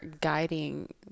guiding